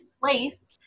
place